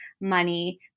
money